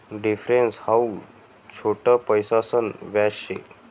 difference how छोट पैसासन व्याज शे